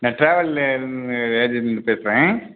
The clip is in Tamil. இந்த டிராவலிருந்து ஏஜென்ட் பேசுகிறேன்